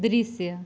दृश्य